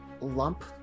lump